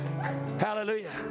Hallelujah